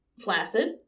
flaccid